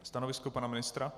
Stanovisko pana ministra?